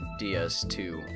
DS2